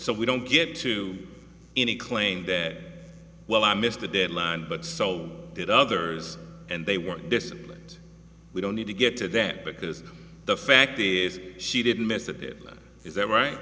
so we don't get to any claim there well i missed the deadline but so did others and they weren't disciplined we don't need to get to that because the fact is she didn't miss a bit is that right